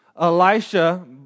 Elisha